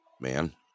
man